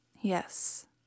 Yes